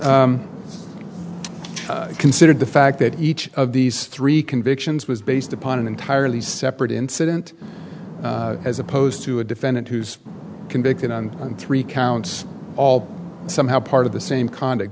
considered the fact that each of these three convictions was based upon an entirely separate incident as opposed to a defendant who's convicted on on three counts all somehow part of the same conduct